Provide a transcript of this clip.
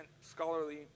scholarly